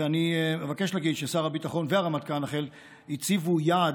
ואני מבקש להגיד ששר הביטחון והרמטכ"ל אכן הציבו יעד